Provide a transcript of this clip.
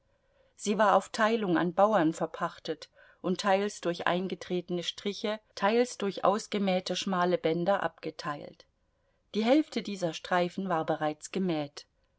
sie war auf teilung an bauern verpachtet und teils durch eingetretene striche teils durch ausgemähte schmale bänder abgeteilt die hälfte dieser streifen war bereits gemäht